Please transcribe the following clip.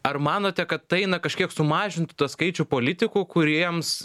ar manote kad tai na kažkiek sumažintų tą skaičių politikų kuriems